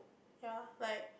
ya like